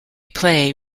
play